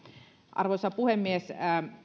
arvoisa puhemies